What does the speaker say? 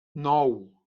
nou